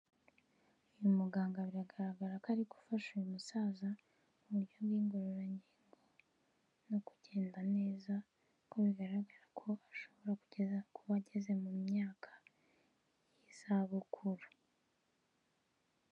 Uyu muganga biragaragara ko ari gufasha uyu musaza mu buryo bw'ingororangingo, no kugenda neza, kuko bigaragara ko ashobora kugeza, kuba ageze mu myaka y'izabukuru.